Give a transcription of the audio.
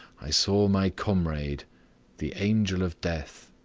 i saw my comrade the angel of death.